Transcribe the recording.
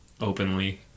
openly